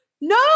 No